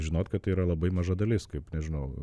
žinot kad tai yra labai maža dalis kaip nežinau